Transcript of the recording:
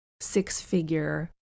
six-figure